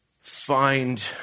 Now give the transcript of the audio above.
find